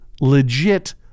legit